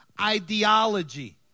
ideology